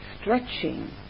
stretching